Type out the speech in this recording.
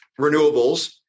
renewables